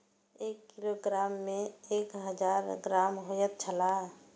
एक किलोग्राम में एक हजार ग्राम होयत छला